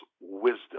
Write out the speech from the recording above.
wisdom